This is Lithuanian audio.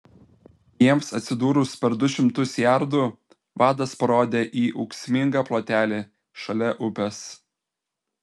jiems atsidūrus per du šimtus jardų vadas parodė į ūksmingą plotelį šalia upės